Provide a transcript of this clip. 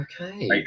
Okay